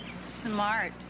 Smart